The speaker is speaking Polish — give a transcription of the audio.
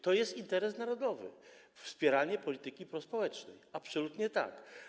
To jest interes narodowy - wspieranie polityki prospołecznej, absolutnie tak.